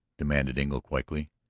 demanded engle quickly.